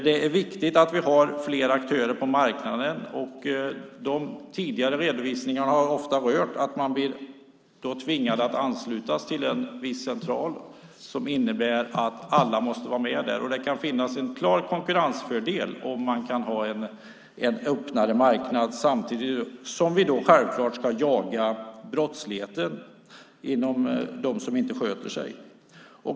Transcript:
Det är viktigt att vi har flera aktörer på marknaden. De tidigare redovisningarna har ofta rört att man har blir tvingad att anslutas till en viss central, vilket innebär att alla måste vara med där. Det kan finnas en klar konkurrensfördel om man kan ha en öppnare marknad samtidigt som vi självfallet ska jaga brottsligheten och dem som inte sköter sig.